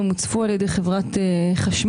והם הוצפו על ידי חברת החשמל,